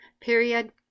period